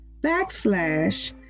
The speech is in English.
backslash